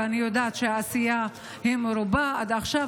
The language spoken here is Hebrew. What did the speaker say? ואני יודעת שהעשייה היא מרובה עד עכשיו,